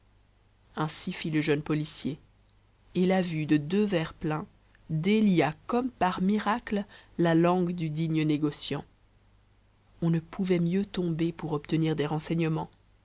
ainsi fit le jeune policier et la vue de deux verres pleins délia comme par miracle la langue du digne négociant on ne pouvait mieux tomber pour obtenir des renseignements